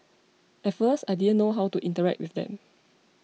at first I didn't know how to interact with them